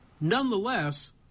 Nonetheless